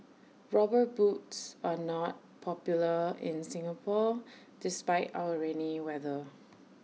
rubber boots are not popular in Singapore despite our rainy weather